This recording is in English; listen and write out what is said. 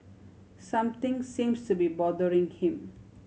something seems to be bothering him